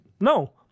no